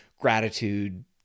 gratitude